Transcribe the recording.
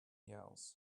yells